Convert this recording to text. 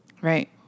Right